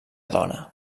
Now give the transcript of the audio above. dona